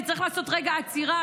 כי צריך לעשות רגע עצירה,